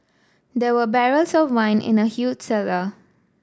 there were barrels of wine in the huge cellar